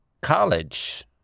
College